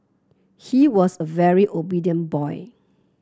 he was a very obedient boy